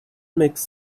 makes